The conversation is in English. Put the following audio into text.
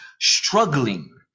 struggling